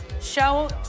Show